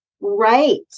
Right